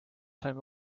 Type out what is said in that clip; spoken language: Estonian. saime